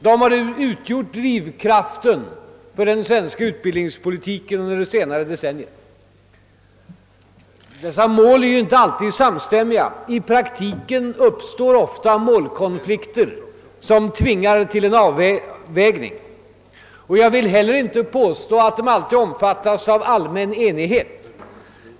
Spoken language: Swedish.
De har utgjort drivkraften för den svenska utbildningspolitiken under det senare decenniet. Dessa mål är inte alltid samstämmiga. I praktiken uppstår ofta målkonflikter, som tvingar till en avvägning. Jag vill inte heller påstå att de alltid omfattas av allmän enighet.